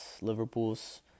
Liverpool's